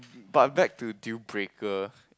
but back to deal breaker